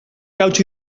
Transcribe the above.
hautsi